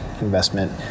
investment